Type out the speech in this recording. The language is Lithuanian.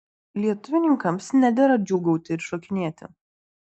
lietuvininkams nedera džiūgauti ir šokinėti